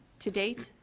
to date,